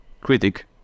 critic